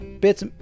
Bits